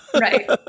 right